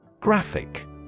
Graphic